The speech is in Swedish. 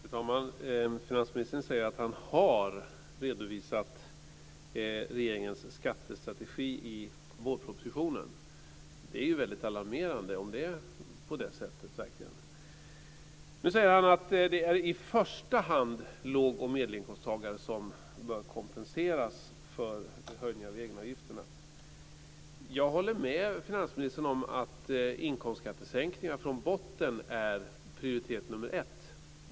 Fru talman! Finansministern säger att han har redovisat regeringens skattestrategi i vårpropositionen. Det är ju väldigt alarmerande om det är på det sättet. Nu säger han att det i första hand är låg och medelinkomsttagare som bör kompenseras för en höjning av egenavgifterna. Jag håller med finansministern om att inkomstskattesänkningar från botten är prioritet nr 1.